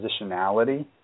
positionality